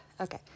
Okay